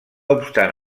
obstant